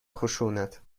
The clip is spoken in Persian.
خشونت